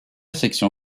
section